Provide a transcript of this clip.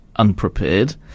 Unprepared